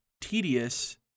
tedious